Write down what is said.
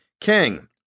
king